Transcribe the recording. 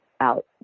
out